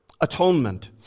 Atonement